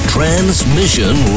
Transmission